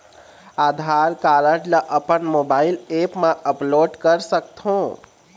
आधार card ला अपन mobile app मा अपलोड कर सकथों?